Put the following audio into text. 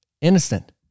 Innocent